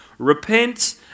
Repent